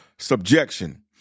Subjection